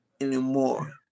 anymore